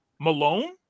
Malone